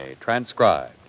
transcribed